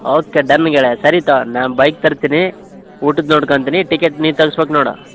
okay done ಗೆಳೆಯ ಸರಿ ತೊ ನಾ ಬೈಕ್ ತರ್ತೀನಿ ಊಟದ್ದು ನೋಡ್ಕೊತಿನಿ ಟಿಕೆಟ್ ನೀ ತಗ್ಸ್ಬೇಕು ನೋಡು